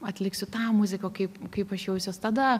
atliksiu tą muziką kaip kaip aš jausiuos tada